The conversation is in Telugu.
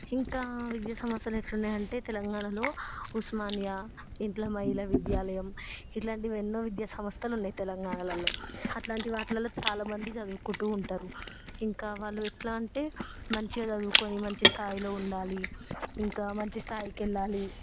ఇంకా విద్యాసంస్థలు ఎట్లున్నాయి అంటే తెలంగాణలో ఉస్మానియా ఇట్లా మహిళ విద్యాలయం ఇట్లాంటివి ఎన్నో విద్య సంస్థలు ఉన్నాయి తెలంగాణలలో అలాంటి వాటిలో చాలా మంది చదువుకుంటూ ఉంటారు ఇంకా వాళ్ళు ఎట్లా అంటే మంచిగా చదువుకొని మంచి స్థాయిలో ఉండాలి ఇంకా మంచి స్థాయికి వెళ్ళాలి